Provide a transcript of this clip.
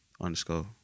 underscore